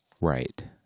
right